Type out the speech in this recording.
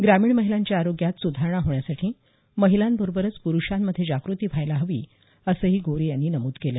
ग्रामीण महिलांच्या आरोग्यात सुधारणा होण्यासाठी महिलांबरोबरच प्रुषांमध्ये जागृती व्हायला हवी असंही गोऱ्हे यांनी नमूद केलं